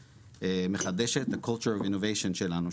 מחדשת את ה- cloture Univision שלנו,